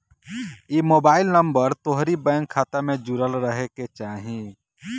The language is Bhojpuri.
इ मोबाईल नंबर तोहरी बैंक खाता से जुड़ल रहे के चाही